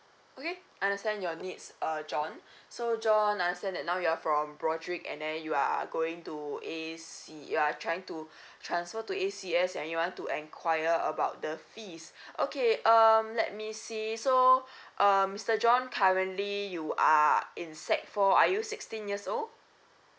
okay understand your needs uh john so john understand that now you're from broadrick and then you are going to A_C you are trying to transfer to A_C_S and you want to enquire about the fees okay um let me see so um mister john currently you are in sec four are you sixteen years old